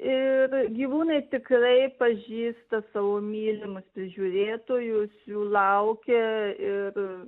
ir gyvūnai tikrai pažįsta savo mylimus prižiūrėtojus jų laukia ir